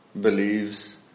believes